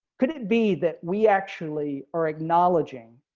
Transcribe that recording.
could it be that we actually are acknowledging